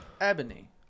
Ebony